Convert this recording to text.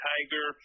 Tiger